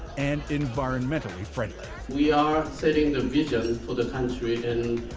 and environmentally friendly. we are setting the vision for the country.